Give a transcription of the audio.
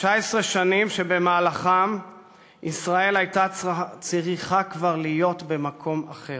19 שנים שבמהלכן ישראל כבר הייתה צריכה להיות במקום אחר,